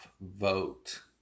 vote